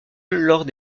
lors